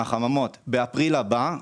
מהחממות באפריל הבא,